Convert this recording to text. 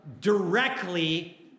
directly